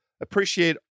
appreciate